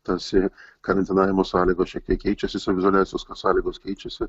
tarsi karantinavimo sąlygos šiek tiek keičiasi saviizoliacijos sąlygos keičiasi